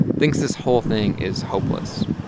thinks this whole thing is hopeless.